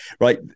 Right